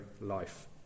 life